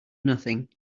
nothing